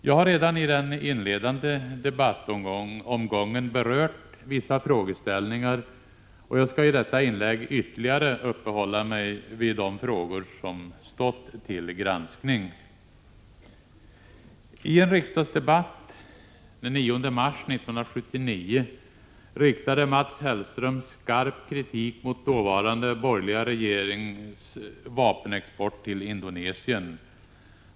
Jag har redan i den inledande debattomgången berört vissa frågor, och jag skall i detta inlägg ytterligare uppehålla mig vid de frågor som stått till granskning. I en riksdagsdebatt den 9 mars 1979 riktade Mats Hellström skarp kritik mot dåvarande borgerliga regerings vapenexport till Indonesien.